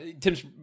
Tim's